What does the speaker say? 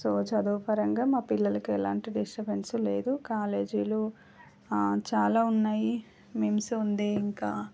so చదువుపరంగా మా పిల్లలకి ఎలాంటి డిస్టర్బన్స్ లేదు కాలేజీలు చాలా ఉన్నాయి మిమ్స్ ఉంది ఇంకా